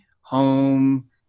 home